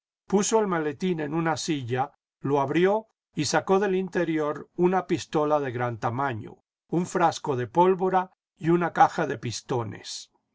puso el maletín en una silla lo abrió y sacó del interior una pistola de gran tamaño un frasco de pólvora y una caja de pistones